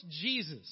Jesus